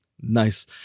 Nice